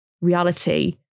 reality